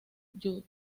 judd